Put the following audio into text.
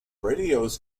radios